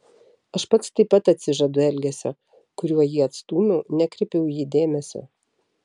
aš pats taip pat atsižadu elgesio kuriuo jį atstūmiau nekreipiau į jį dėmesio